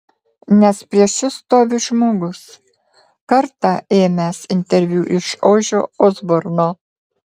nes prieš jus stovi žmogus kartą ėmęs interviu iš ožio osborno